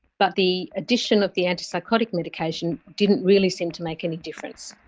but the addition of the antipsychotic medication didn't really seem to make any difference.